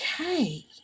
Okay